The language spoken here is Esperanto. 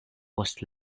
post